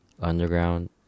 Underground